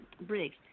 Briggs